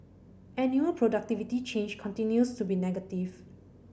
annual productivity change continues to be negative